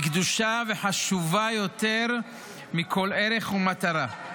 היא קדושה וחשובה יותר מכל ערך ומטרה.